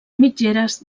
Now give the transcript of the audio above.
mitgeres